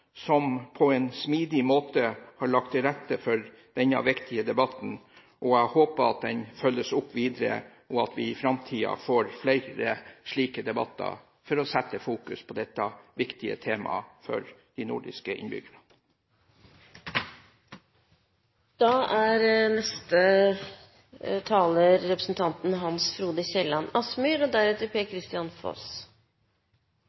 som på en smidig måte har lagt til rette for denne viktige debatten. Jeg håper at den følges opp videre, og at vi i framtiden får flere slike debatter for å sette fokus på dette viktige temaet for de nordiske innbyggerne. Det vesentlige for det nordiske samarbeidet er